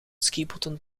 skibotten